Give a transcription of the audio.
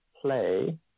play